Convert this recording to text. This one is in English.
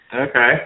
okay